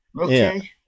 Okay